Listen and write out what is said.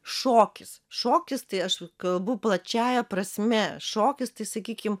šokis šokis tai aš kalbu plačiąja prasme šokis tai sakykim